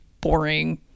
boring